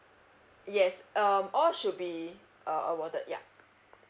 yes um all should be uh awarded yeah